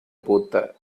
பூத்த